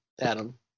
Adam